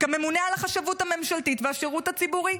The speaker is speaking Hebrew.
כממונה על החשבות הממשלתית והשירות הציבורי,